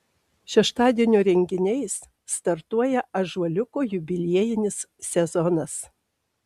šeštadienio renginiais startuoja ąžuoliuko jubiliejinis sezonas